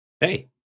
Hey